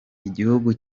igihugu